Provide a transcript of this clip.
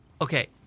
Okay